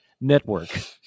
Network